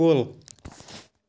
کُل